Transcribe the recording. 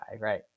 Right